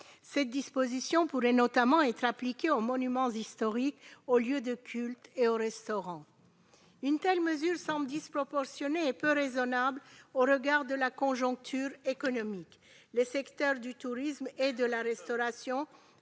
Ces dispositions pourraient notamment être appliquées aux monuments historiques, aux lieux de culte et aux restaurants. Une telle mesure semble disproportionnée et peu raisonnable au regard de la conjoncture économique. Les secteurs du tourisme et de la restauration